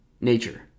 nature